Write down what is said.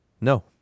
No